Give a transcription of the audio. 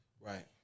Right